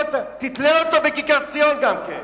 תתלה אותו בכיכר-ציון גם כן.